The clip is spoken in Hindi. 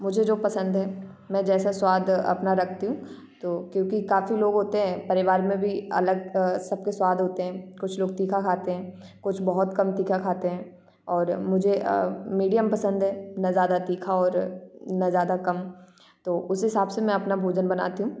मुझे जो पसंद है मैं जैसा स्वाद अपना रखती हूँ तो क्योंकि काफी लोग होते हैं परिवार में भी अलग अ सबके स्वाद होते हैं कुछ लोग तीखा खाते हैं कुछ बहुत कम तीखा खाते हैं और मुझे अ मीडियम पसंद है न ज्यादा तीखा और न ज्यादा कम तो उस हिसाब से मैं अपना भोजन बनाती हूँ